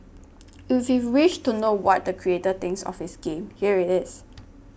if you wish to know what the creator thinks of his game here it is